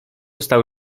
stał